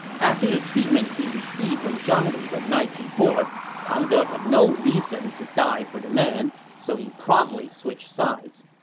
after the treatment he received from zhang lu the night before, pang de had no reason to die for the man, so he promptly switched sides.